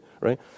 Right